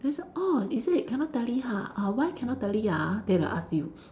then say orh is it cannot tally ha ah why cannot tally ah they will ask you